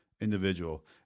individual